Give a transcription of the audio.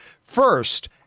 first